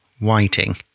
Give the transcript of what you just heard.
whiting